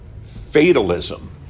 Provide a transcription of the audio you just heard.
fatalism